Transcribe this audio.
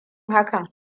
hakan